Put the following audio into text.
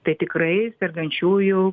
tai tikrai sergančiųjų